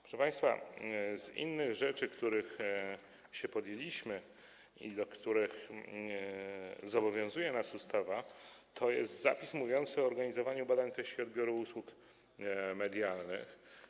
Proszę państwa, z innych rzeczy, których się podjęliśmy i do których zobowiązuje nas ustawa, wymienię zapis dotyczący organizowania badań treści i odbioru usług medialnych.